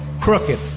crooked